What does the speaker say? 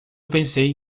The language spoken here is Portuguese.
pensei